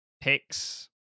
picks